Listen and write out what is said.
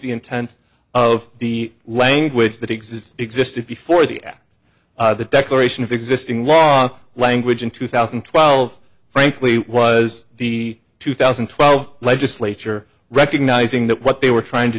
the intent of the language that exists existed before the at the declaration of existing laws language in two thousand and twelve frankly was the two thousand and twelve legislature recognizing that what they were trying to